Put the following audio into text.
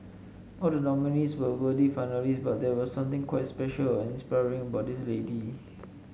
all the nominees were worthy finalists but there was something quite special and inspiring about this lady